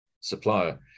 supplier